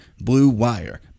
BlueWire